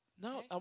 No